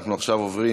אנחנו עכשיו עוברים,